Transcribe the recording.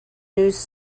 news